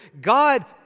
God